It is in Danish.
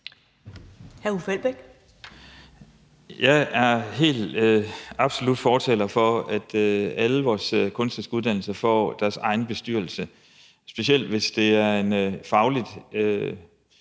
Jeg er absolut fortaler for, at alle vores kunstneriske uddannelser får deres egen bestyrelse. Specielt hvis det er en fagligt